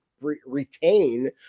retain